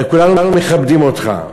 כולנו מכבדים אותך,